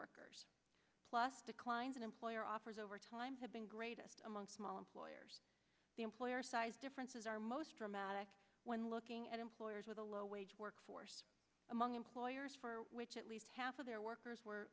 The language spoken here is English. workers plus declines in employer offers overtime have been greatest among small employers the employer size differences are most dramatic when looking at employers with a low wage workforce among employers for which at least half of their workers were